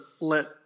let